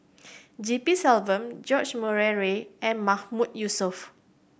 G P Selvam George Murray Reith and Mahmood Yusof